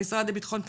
למשרד לביטחון,